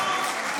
בוז,